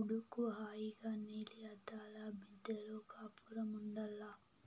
ఉడుకు హాయిగా నీలి అద్దాల మిద్దెలో కాపురముండాల్ల